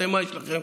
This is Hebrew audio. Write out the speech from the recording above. אתם, מה יש לכם?